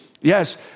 Yes